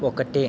ఒకటి